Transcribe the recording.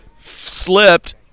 slipped